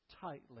tightly